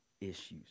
issues